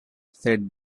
said